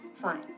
Fine